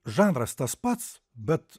žanras tas pats bet